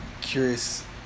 curious